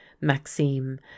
Maxime